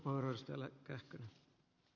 arvoisa puhemies